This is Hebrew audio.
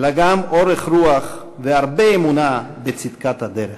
אלא גם אורך רוח והרבה אמונה בצדקת הדרך.